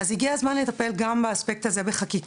אז הגיע הזמן גם באספקט הזה שתהיה פה חקיקה.